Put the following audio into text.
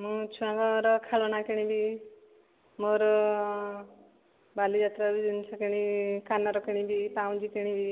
ମୁଁ ଛୁଆଙ୍କର ଖେଳଣା କିଣିବି ମୋର ବାଲିଯାତ୍ରାରେ ଜିନିଷ କିଣିବି କାନର କିଣିବି ପାଉଁଜି କିଣିବି